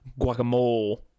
guacamole